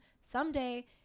someday